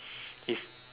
if